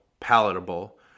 Palatable